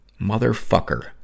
Motherfucker